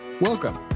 Welcome